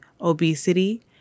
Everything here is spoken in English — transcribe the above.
obesity